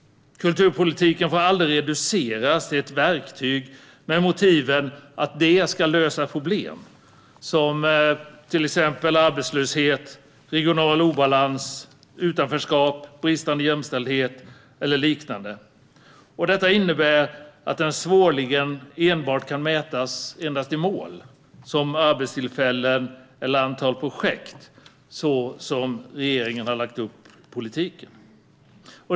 Kulturpolitiken får aldrig reduceras till ett verktyg med uppdraget att lösa problem som till exempel arbetslöshet, regional obalans, utanförskap, bristande jämställdhet eller liknande. Detta innebär att den svårligen kan mätas enbart i mål som arbetstillfällen eller antal projekt, vilket är hur regeringen har lagt upp politiken.